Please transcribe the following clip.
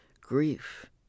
grief